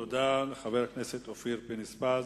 תודה לחבר הכנסת אופיר פינס-פז.